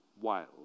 Wild